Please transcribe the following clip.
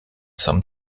some